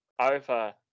over